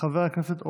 חבר הכנסת אוחנה,